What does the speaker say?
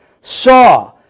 saw